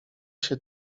się